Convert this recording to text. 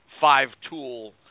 five-tool